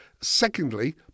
Secondly